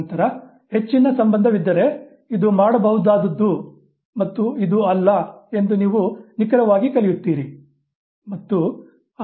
ನಂತರ ಹೆಚ್ಚಿನ ಸಂಬಂಧವಿದ್ದರೆ ಇದು ಮಾಡಬಹುದಾದದ್ದು ಮತ್ತು ಇದು ಅಲ್ಲ ಎಂದು ನೀವು ನಿಖರವಾಗಿ ಕಲಿಯುತ್ತೀರಿ